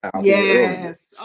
Yes